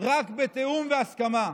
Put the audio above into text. רק בתיאום והסכמה.